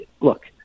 look